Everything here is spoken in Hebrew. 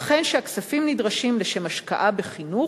וכן שהכספים נדרשים לשם השקעה בחינוך,